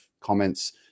comments